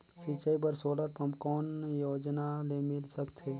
सिंचाई बर solar pump कौन योजना ले मिल सकथे?